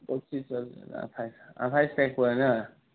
আঠাইছ তাৰিখ পৰে ন'